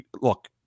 look